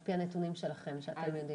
על פי הנתונים שלכם שאתם יודעים.